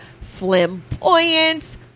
flamboyant